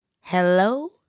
hello